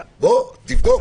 בוא, תבדוק.